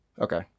Okay